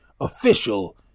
official